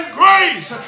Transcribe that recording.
grace